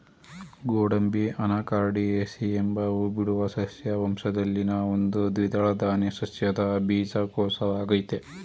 ಗೋಡಂಬಿ ಅನಾಕಾರ್ಡಿಯೇಸಿ ಎಂಬ ಹೂಬಿಡುವ ಸಸ್ಯ ವಂಶದಲ್ಲಿನ ಒಂದು ದ್ವಿದಳ ಧಾನ್ಯ ಸಸ್ಯದ ಬೀಜಕೋಶವಾಗಯ್ತೆ